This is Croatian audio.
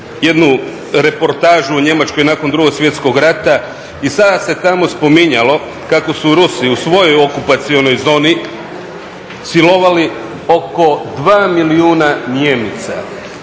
jednu reportažu o Njemačkoj nakon Drugog svjetskog rata i sada se tamo spominjalo kako su Rusi u svojoj okupacionoj zoni silovali oko 2 milijuna Njemica.